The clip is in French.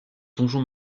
donjon